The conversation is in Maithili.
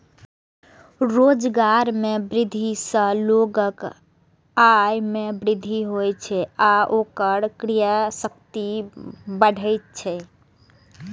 रोजगार मे वृद्धि सं लोगक आय मे वृद्धि होइ छै आ ओकर क्रय शक्ति बढ़ै छै